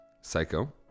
Psycho